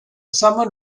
someone